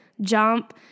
Jump